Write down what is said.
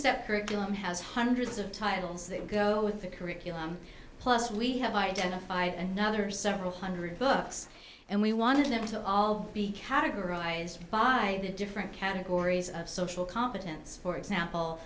step curriculum has hundreds of titles that go with the curriculum plus we have identified and another several hundred books and we wanted them to all be categorized by the different categories of social competence for example